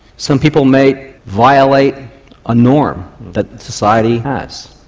some people may violate a norm that society has.